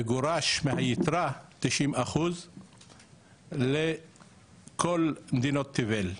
וגורש מהיתרה תשעים אחוז לכל מדינות תבל,